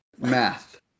math